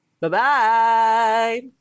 Bye-bye